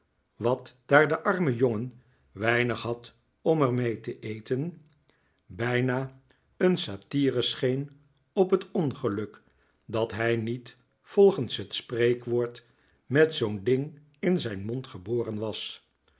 wat daar de arme jongen weinig had om er mee te eten bijna een satire scheen op het ongeluk dat hij niet volgens het spreekwoord met zoo'n ding in zijn mond geboren was